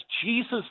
Jesus